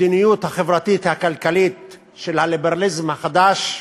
המדיניות החברתית-כלכלית של הליברליזם החדש,